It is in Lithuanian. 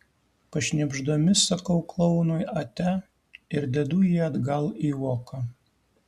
pašnibždomis sakau klounui ate ir dedu jį atgal į voką